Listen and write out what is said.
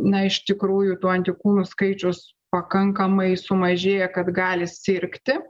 na iš tikrųjų tų antikūnų skaičius pakankamai sumažėja kad gali sirgti